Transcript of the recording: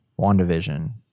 WandaVision